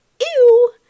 Ew